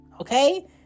Okay